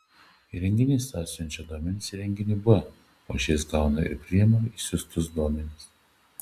įrenginys a siunčia duomenis įrenginiui b o šis gauna ir priima išsiųstus duomenis